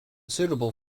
suitable